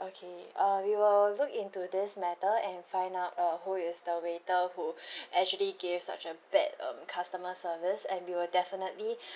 okay uh we will look into this matter and find out uh who is the waiter who actually gave such a bad um customer service and we will definitely